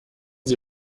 sie